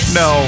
no